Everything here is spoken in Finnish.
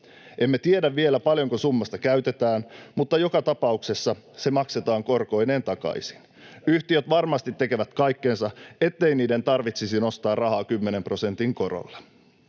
Emme tiedä vielä, paljonko summasta käytetään, mutta joka tapauksessa se maksetaan korkoineen takaisin. Yhtiöt varmasti tekevät kaikkensa, ettei niiden tarvitsisi nostaa rahaa kymmenen prosentin korolla.